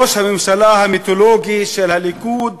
ראש הממשלה המיתולוגי של הליכוד,